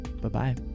Bye-bye